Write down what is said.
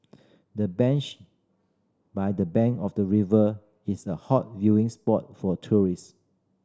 the bench by the bank of the river is a hot viewing spot for tourist